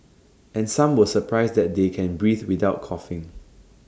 and some were surprised that they can breathe without coughing